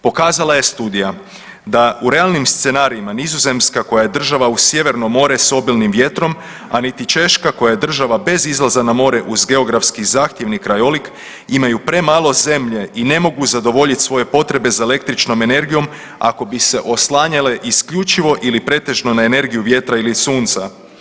Pokazala je studija da u realnim scenarijima Nizozemska koja je država uz Sjeverno more s obilnim vjetrom, a niti Češka koja je država bez izlaza na more uz geografski zahtjevni krajolik imaju premalo zemlje i ne mogu zadovoljiti svoje potrebe za električnom energijom ako bi se oslanjale isključivo ili pretežno na energiju vjetra ili sunca.